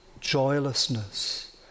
joylessness